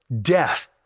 death